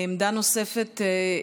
עמדה נוספת,